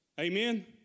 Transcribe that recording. Amen